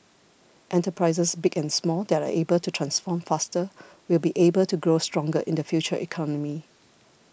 enterprises big and small that are able to transform faster will be able to grow stronger in the future economy